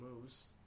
moves